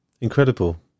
Incredible